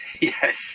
Yes